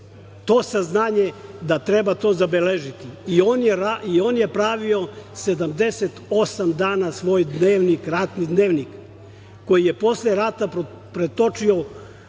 to saznanje da treba to zabeležiti i on je pravio 78 dana svoj dnevnik, ratni dnevnik, koji je posle rata pretočio